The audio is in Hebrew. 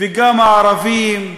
גם הערבים,